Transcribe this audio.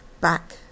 back